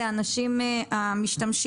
הם האנשים המזדמנים.